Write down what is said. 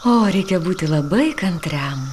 o reikia būti labai kantriam